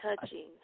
touching